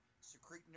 secrete